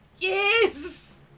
Yes